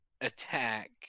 attack